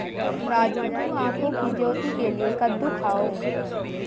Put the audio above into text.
राजू तुम आंखों की ज्योति के लिए कद्दू खाओ